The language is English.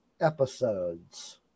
episodes